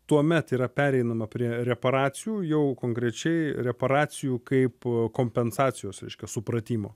tuomet yra pereinama prie reparacijų jau konkrečiai reparacijų kaip kompensacijos reiškia supratimo